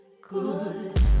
good